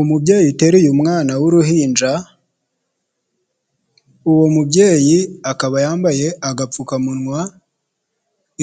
Umubyeyi uteruye umwana w'uruhinja, uwo mubyeyi akaba yambaye agapfukamunwa,